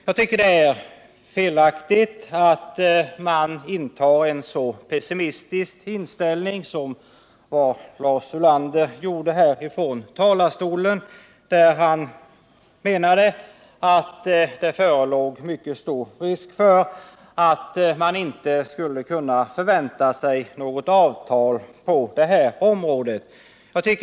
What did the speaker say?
Jag tycker det är felaktigt att inta en så pessimistisk ståndpunkt som vad Lars Ulander gjorde från denna talarstol, när han menade att det föreligger en mycket stor risk att det inte skulle kunna träffas något avtal på detta område.